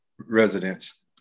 residents